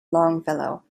longfellow